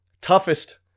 Toughest